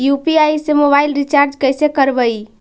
UPI से mobile recharge कैसे करबइ?